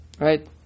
Right